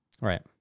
right